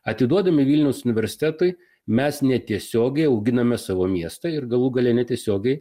atiduodami vilniaus universitetui mes netiesiogiai auginame savo miestą ir galų gale netiesiogiai